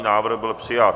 Návrh byl přijat.